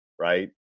right